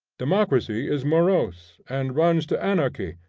democracy is morose, and runs to anarchy,